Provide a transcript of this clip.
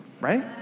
right